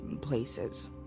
places